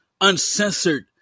uncensored